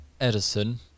Edison